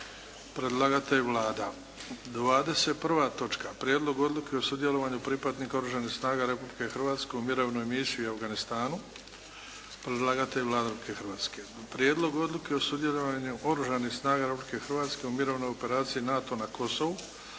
Predlagatelj je Vlada. - Prijedlog odluke o sudjelovanju pripadnika Oružanih snaga Republike Hrvatske u Mirovnoj misiji u Afganistanu, Predlagatelj je Vlada Republike Hrvatske. - Prijedlog odluke o sudjelovanju Oružanih snaga Republike Hrvatske u Mirovnoj operaciji NATO-a na Kosovu